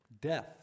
Death